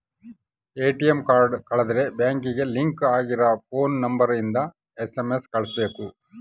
ATM card ಕಳುದ್ರೆ ಬ್ಯಾಂಕಿಗೆ link ಆಗಿರ ಫೋನ್ ನಂಬರ್ ಇಂದ ಎಸ್.ಎಮ್.ಎಸ್ ಕಳ್ಸ್ಬೆಕು